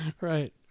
Right